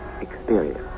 experience